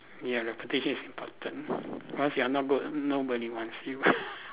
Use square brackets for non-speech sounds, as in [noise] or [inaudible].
ya reputation is important or else you're not good nobody wants you [laughs]